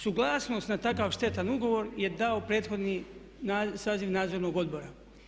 Suglasnost na takav štetan ugovor je dao prethodni saziv nadzornog odbora.